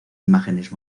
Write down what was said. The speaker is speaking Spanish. imágenes